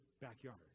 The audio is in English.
backyard